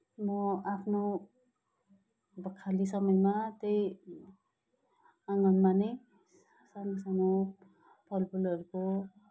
म आफ्नो अब खाली समयमा त्यही आँगनमा नै सानो सानो फल फुलहरूको